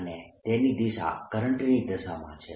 અને તેની દિશા કરંટની દિશામાં છે